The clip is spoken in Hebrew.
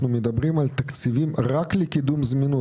אנחנו מדברים על תקציבים רק לקידום זמינות,